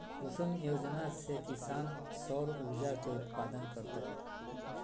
कुसुम योजना से किसान सौर ऊर्जा के उत्पादन करतय